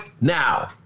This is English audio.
now